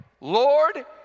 Lord